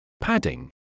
padding